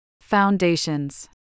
Foundations